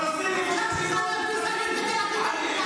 בגלל המדינה הגזענית